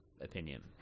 opinion